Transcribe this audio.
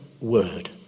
word